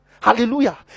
Hallelujah